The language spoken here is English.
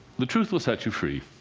the truth will set you free.